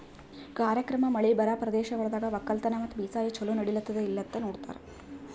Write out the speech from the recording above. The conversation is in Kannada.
ಕಾರ್ಯಕ್ರಮ ಮಳಿ ಬರಾ ಪ್ರದೇಶಗೊಳ್ದಾಗ್ ಒಕ್ಕಲತನ ಮತ್ತ ಬೇಸಾಯ ಛಲೋ ನಡಿಲ್ಲುತ್ತುದ ಇಲ್ಲಾ ನೋಡ್ತಾರ್